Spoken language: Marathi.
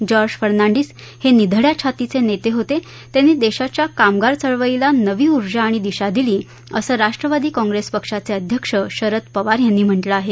जॉर्ज फर्नांडिस हे निधड़या छातीचे नेते होते त्यांनी देशाच्या कामगार चळवळीला नवी ऊर्जा आणि दिशा दिली असं राष्ट्रवादी काँप्रेस पक्षाचे अध्यक्ष शरद पवार यांनी त्यांच्या शोकसंदेशात म्हटलं आहे